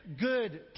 Good